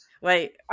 Wait